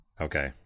Okay